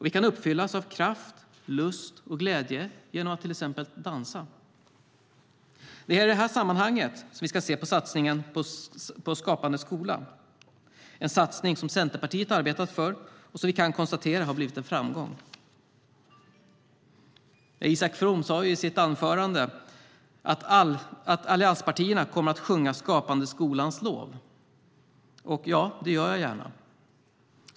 Vi kan uppfyllas av kraft, lust och glädje genom att till exempel dansa. Det är i detta sammanhang vi ska se satsningen på Skapande skola, en satsning som Centerpartiet arbetat för och som vi kan konstatera har blivit en framgång. Isak From sade i sitt anförande att allianspartierna kommer att sjunga Skapande skolas lov. Och det gör jag gärna.